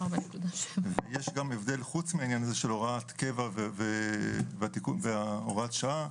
פרט לעניין של הוראת קבע והוראת שעה,